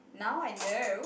now I know